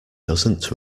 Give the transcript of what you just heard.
doesn’t